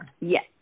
Yes